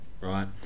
Right